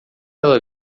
ela